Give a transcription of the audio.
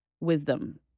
wisdom